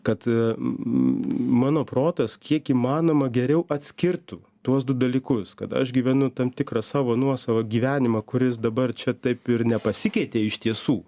kad mano protas kiek įmanoma geriau atskirtų tuos du dalykus kad aš gyvenu tam tikrą savo nuosavą gyvenimą kuris dabar čia taip ir nepasikeitė iš tiesų